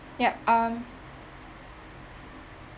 yup um